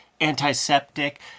antiseptic